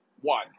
one